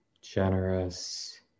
generous